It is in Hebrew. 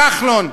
כחלון,